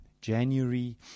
January